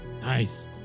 Nice